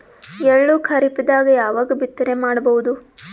ಎಳ್ಳು ಖರೀಪದಾಗ ಯಾವಗ ಬಿತ್ತನೆ ಮಾಡಬಹುದು?